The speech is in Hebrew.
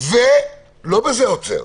ולא בזה עוצר,